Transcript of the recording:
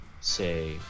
say